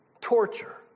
torture